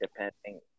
depending